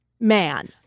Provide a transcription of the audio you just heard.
man